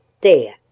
There